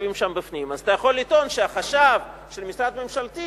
אז אתה יכול לטעון שחשב של משרד ממשלתי